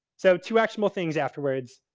so, two actual things afterwards.